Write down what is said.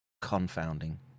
confounding